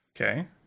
okay